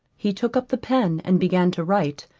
he took up the pen and began to write,